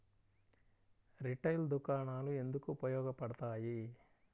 Retail దుకాణాలు ఎందుకు ఉపయోగ పడతాయి?